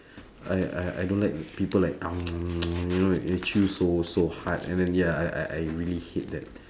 I I I don't like people like you know like they chew so so hard and then ya I I I really hate that